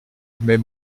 mais